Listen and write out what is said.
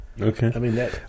Okay